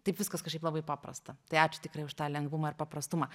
taip viskas kažkaip labai paprasta tai ačiū tikrai už tą lengvumą ir paprastumą